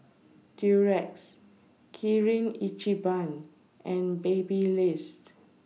Durex Kirin Ichiban and Baby list